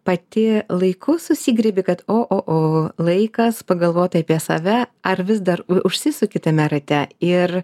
pati laiku susigriebi kad o laikas pagalvoti apie save ar vis dar užsisuki tame rate ir